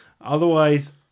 otherwise